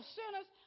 sinners